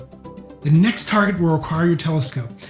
the next target will require your telescope,